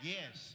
Yes